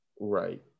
Right